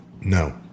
No